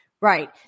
right